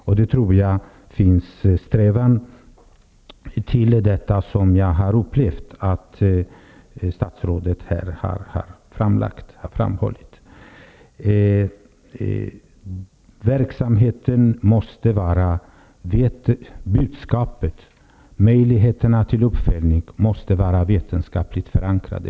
Jag tror att det finns en sådan strävan, precis som statsrådet har framhållit. Verksamheten, budskapet och möjligheterna till uppföljning måste ha en vetenskaplig förankring.